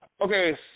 Okay